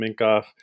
Minkoff